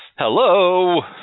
Hello